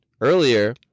earlier